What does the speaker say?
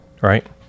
Right